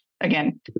again